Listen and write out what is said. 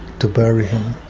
to bury him.